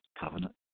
covenant